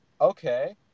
okay